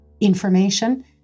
information